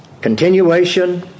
continuation